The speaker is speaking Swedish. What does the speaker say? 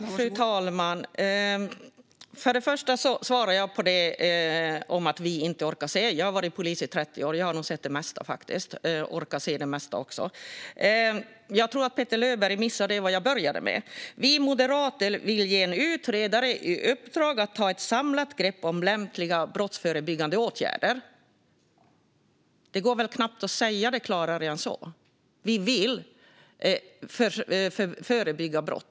Fru talman! Först och främst ska jag bemöta detta med att vi inte skulle orka se. Jag har varit polis i 30 år. Jag har nog sett det mesta. Jag orkar också se det mesta. Jag tror att Petter Löberg missade vad jag började med. Vi moderater vill ge en utredare i uppdrag att ta ett samlat grepp om lämpliga brottsförebyggande åtgärder. Det går knappt att säga det klarare än så. Vi vill förebygga brott.